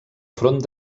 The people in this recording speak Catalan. front